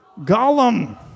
Gollum